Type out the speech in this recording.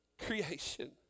creation